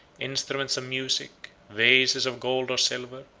instruments of music, vases of gold or silver,